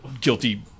guilty